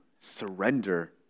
surrender